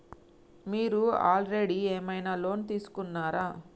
మీరు ఆల్రెడీ ఏమైనా లోన్ తీసుకున్నారా?